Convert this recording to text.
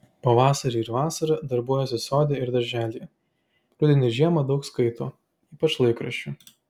pavasarį ir vasarą darbuojasi sode ir darželyje rudenį ir žiemą daug skaito ypač laikraščių